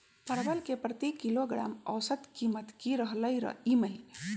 परवल के प्रति किलोग्राम औसत कीमत की रहलई र ई महीने?